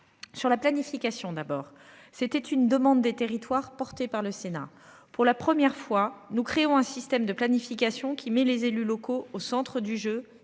Sur la planification d'abord c'était une demande des territoires porté par le Sénat pour la première fois nous créons un système de planification qui met les élus locaux au centre du jeu